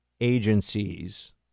agencies